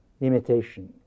imitation